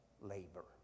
labor